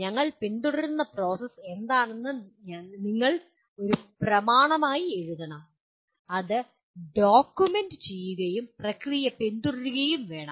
ഞങ്ങൾ പിന്തുടരുന്ന പ്രോസസ് എന്താണെന്ന് നിങ്ങൾ ഒരു പ്രമാണം എഴുതണം അത് ഡോക്യുമെന്റ് ചെയ്യുകയും പ്രക്രിയയെ പിന്തുടരുകയും വേണം